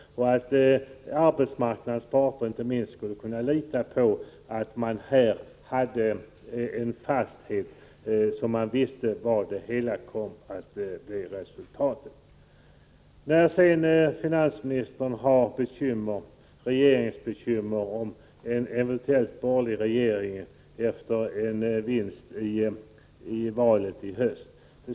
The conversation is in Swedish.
Inte minst skulle arbetsmarknadens parter kunna lita på resultatet av denna fasthet. Vidare har finansministern bekymmer om den regering som skall bildas efter en eventuell borgerlig vinst i valet i höst.